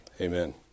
Amen